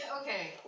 Okay